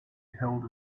held